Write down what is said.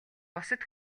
бусад